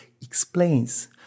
explains